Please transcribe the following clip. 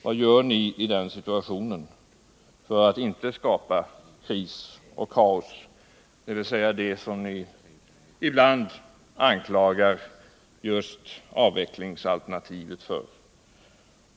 Vad gör ni i den situationen för att inte skapa kris och kaos, dvs. det som ni ibland anklagar just avvecklingsalternativet för?